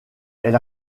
elle